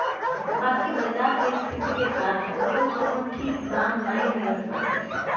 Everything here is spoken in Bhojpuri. बाकी बाजार के स्थिति के कारण ओकर कवनो ठीक दाम नाइ मिलत बाटे